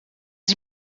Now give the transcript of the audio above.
sie